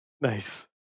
Nice